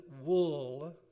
wool